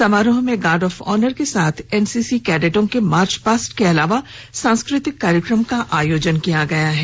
समारोह में guard of honour के साथ एनसीसी कैडेटों के मार्च पास्ट के अलावा सांस्कृतिक कार्यक्रम का आयोजन किया गया है